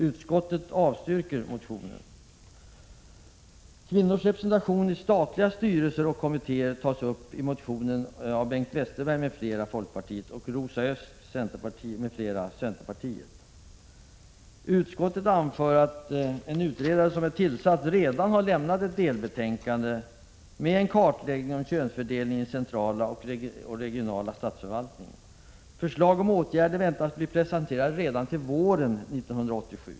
Utskottet anför att den utredare som är tillsatt redan har lämnat ett delbetänkande med en kartläggning av könsfördelningen i central och regional statsförvaltning. Förslag om åtgärder väntas bli presenterade redan under våren 1987.